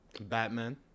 Batman